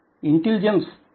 intelligence I